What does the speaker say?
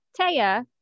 Taya